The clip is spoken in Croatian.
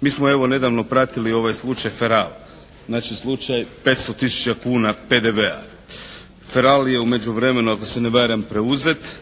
Mi smo evo nedavno pratili ovaj slučaj Feral. Znači slučaj 500 tisuća kuna PDV-a. Feral je u međuvremenu ako se ne varam preuzet,